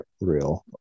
real